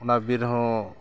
ᱚᱱᱟ ᱵᱤᱨᱦᱚᱸ